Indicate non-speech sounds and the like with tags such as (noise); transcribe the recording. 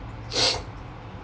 (noise)